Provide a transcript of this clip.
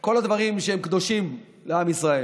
ובכל הדברים שהם קדושים לעם ישראל.